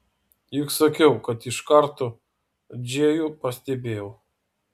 juk sakiau kad iš karto džėjų pastebėjau